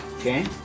okay